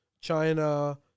China